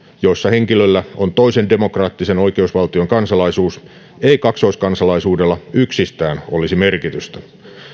joissa henkilöllä on toisen demokraattisen oikeusvaltion kansalaisuus ei kaksoiskansalaisuudella yksistään olisi merkitystä